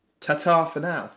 ta-ta for now.